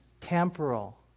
temporal